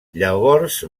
llavors